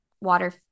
water